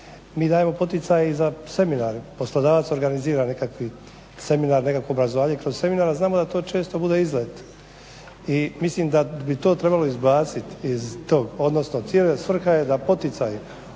Mi dajemo poticaje i za seminare. Poslodavac organizira nekakvi seminar, nekakvo obrazovanje kroz seminar, a znamo da to često bude izlet i mislim da bi to trebalo izbacit iz tog, odnosno cijela svrha je da poticaji